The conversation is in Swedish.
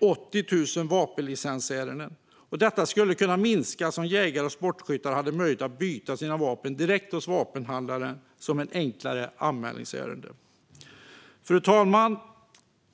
000-80 000 vapenlicensärenden. Detta skulle kunna minskas om jägare och sportskyttar hade möjlighet att byta sina vapen direkt hos vapenhandlaren som ett enklare anmälningsärende. Fru talman!